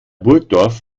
burgdorf